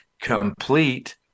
complete